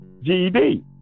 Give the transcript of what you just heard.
GED